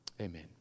Amen